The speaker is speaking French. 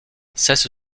cesse